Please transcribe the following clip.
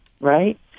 right